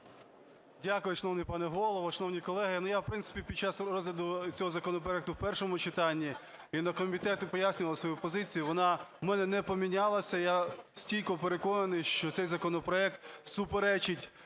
Дякую, шановний пане Голово. Шановні колеги, я, в принципі, під час розгляду цього законопроекту в першому читанні і на комітеті пояснював свою позицію, вона у мене не помінялась. Я стійко переконаний, що цей законопроект суперечить